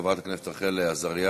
חברת הכנסת רחל עזריה.